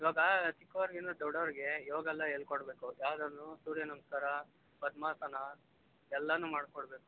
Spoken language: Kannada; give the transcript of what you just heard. ಇವಾಗ ಚಿಕ್ಕವ್ರಿಗಿನ್ನ ದೊಡ್ಡವರಿಗೆ ಯೋಗಲ್ಲ ಹೇಳ್ಕೊಡ್ಬೇಕು ಯಾವುದಾರು ಸೂರ್ಯ ನಮಸ್ಕಾರ ಪದ್ಮಾಸನ ಎಲ್ಲಾನು ಮಾಡಿಕೊಡ್ಬೇಕು